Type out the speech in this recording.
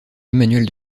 emmanuel